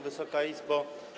Wysoka Izbo!